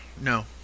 No